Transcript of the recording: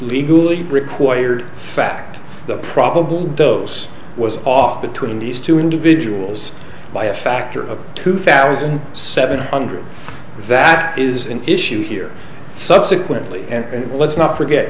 legally required fact the probable dose was off between these two individuals by a factor of two thousand seven hundred that is an issue here subsequently and let's not forget